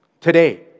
today